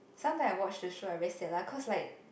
sometime I watch the show like very sian lah cause like